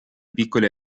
piccole